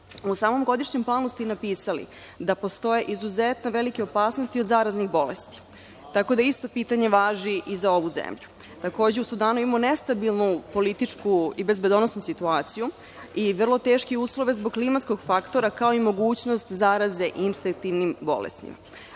u samom godišnjem planu ste napisali da postoje izuzetno velike opasnosti od zaraznih bolesti, tako da isto pitanje važi i za ovu zemlju. Takođe, u Sudanu imamo nestabilnu političku i bezbednosnu situaciju i vrlo teške uslove uslove zbog klimatskog faktora, kao i mogućnost zaraze infektivnim bolestima. Moramo